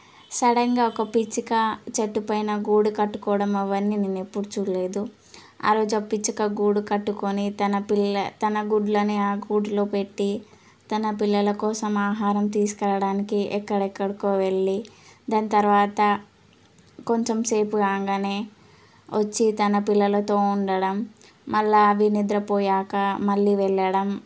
సడన్గా ఒక పిచ్చుక చెట్టు పైన గూడు కట్టుకోవడం అవన్నీ నేను ఎప్పుడూ చూడలేదు ఆరోజు ఆ పిచ్చుక గూడు కట్టుకొని తన పిల్ల తన గుడ్లని ఆ గూట్లో పెట్టి తన పిల్లల కోసం ఆహారం తీసుకురావడానికి ఎక్కడెక్కడికో వెళ్ళి దాని తర్వాత కొంచెంసేపు కాగానే వచ్చి తన పిల్లలతో ఉండడం మళ్ళీ అవి నిద్రపోయాక మళ్ళీ వెళ్ళడం